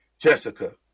Jessica